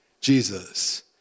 Jesus